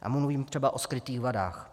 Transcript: A mluvím třeba o skrytých vadách.